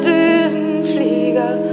Düsenflieger